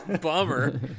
bummer